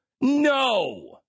No